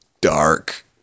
dark